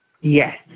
yes